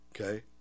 Okay